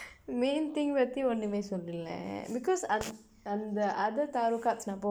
main thing பத்தி ஒன்னுமே சொல்லல:paththi onnumee sollala because அந்த:andtha other tarot cards நான்:naan